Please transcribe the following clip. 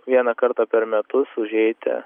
vieną kartą per metus užeiti